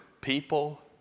people